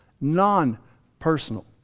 non-personal